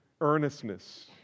earnestness